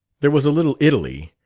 there was a little italy,